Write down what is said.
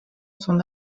son